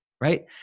Right